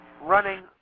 running